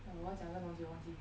我要讲一个东西我忘记掉